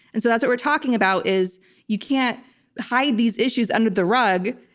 and so that's it we're talking about, is you can't hide these issues under the rug.